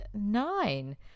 nine